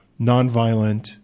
nonviolent